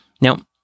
Now